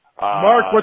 Mark